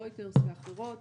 רויטרס ואחרות,